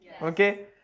okay